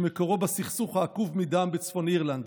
שמקורו בסכסוך העקוב מדם בצפון אירלנד.